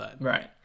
Right